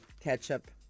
ketchup